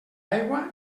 aigua